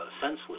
senseless